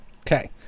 okay